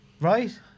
Right